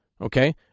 Okay